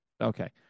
Okay